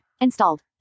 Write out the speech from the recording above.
Installed